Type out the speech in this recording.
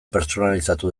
pertsonalizatu